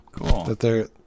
Cool